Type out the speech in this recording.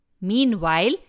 Meanwhile